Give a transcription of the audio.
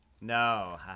No